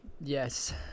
Yes